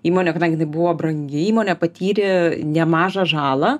įmonė kadangi jinai buvo brangi įmonė patyrė nemažą žalą